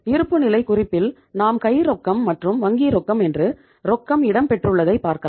இருப்புநிலை குறிப்பில் நாம் கை ரொக்கம் மற்றும் வங்கி ரொக்கம் என்று ரொக்கம் இடம் பெற்றுள்ளதை பார்க்கலாம்